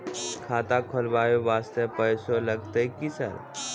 खाता खोलबाय वास्ते पैसो लगते की सर?